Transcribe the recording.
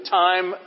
time